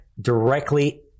directly